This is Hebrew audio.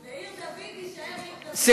ועיר דוד תישאר עיר דוד.